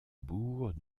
bourg